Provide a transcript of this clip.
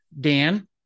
Dan